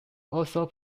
also